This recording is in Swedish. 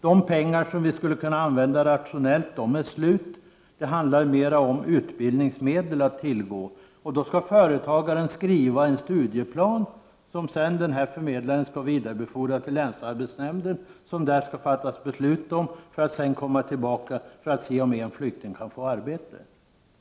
De pengar som skulle kunna användas rationellt är slut, och det handlar mera om tillgång till utbildningsmedel. Företagaren skall skriva en studieplan, som förmedlaren skall vidarebefordra till länsarbetsnämnden, där beslut fattas, varefter man får se om en flykting kan få arbete.